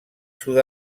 sud